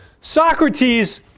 Socrates